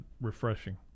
refreshing